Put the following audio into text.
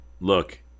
look